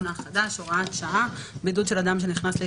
בוקר טוב,